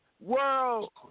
world